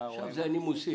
עכשיו זה הנימוסים.